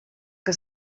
que